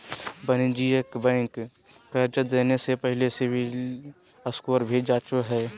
वाणिज्यिक बैंक कर्जा देने से पहले सिविल स्कोर भी जांचो हइ